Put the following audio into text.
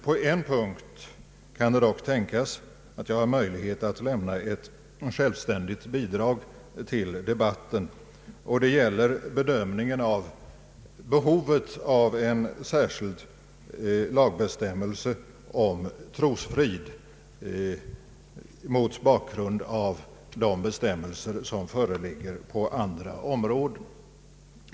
På en punkt kan det dock tänkas att jag har möjlighet att lämna ett självständigt bidrag till debatten, och det gäller bedömningen av behovet av en särskild lagbestämmelse om trosfrid, mot bakgrund av de bestämmelser som föreligger på andra områden.